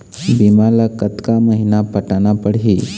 बीमा ला कतका महीना पटाना पड़ही?